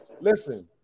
Listen